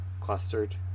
clustered